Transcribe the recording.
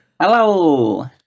Hello